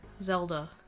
Zelda